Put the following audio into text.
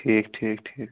ٹھیٖک ٹھیٖک ٹھیٖک